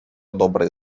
добрые